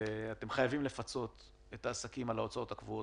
אתם חייבים לפצות את העסקים על ההוצאות הקבועות.